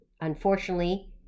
unfortunately